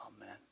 Amen